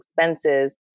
expenses